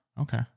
Okay